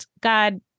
God